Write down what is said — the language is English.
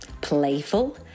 playful